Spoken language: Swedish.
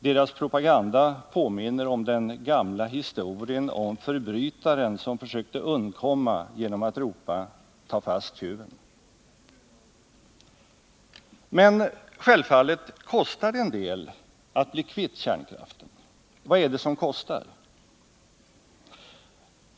Deras propaganda påminner om den gamla historien om förbrytaren som försökte undkomma genom att ropa: Ta fast tjuven! Men självfallet kostar det en del att bli kvitt kärnkraften. Vad är det som kostar?